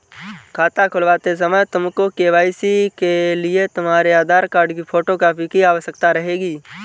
खाता खुलवाते समय तुमको के.वाई.सी के लिए तुम्हारे आधार कार्ड की फोटो कॉपी की आवश्यकता रहेगी